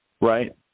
right